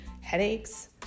headaches